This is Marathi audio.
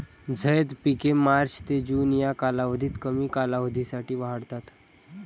झैद पिके मार्च ते जून या कालावधीत कमी कालावधीसाठी वाढतात